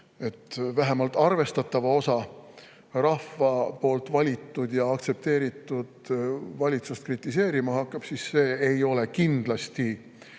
et vähemalt arvestatava osa rahva poolt valitud ja aktsepteeritud – valitsust kritiseerima hakkab, siis see ei ole kindlasti